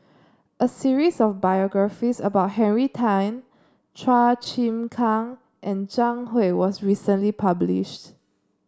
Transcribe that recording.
a series of biographies about Henry Tan Chua Chim Kang and Zhang Hui was recently publishes